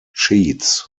cheats